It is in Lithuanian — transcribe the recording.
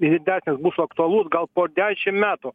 ir didesnis bus aktualus gal po dešim metų